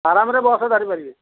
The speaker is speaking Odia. ଆରାମରେ ବସ୍ ଧରି ପାରିବେ